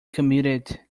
committed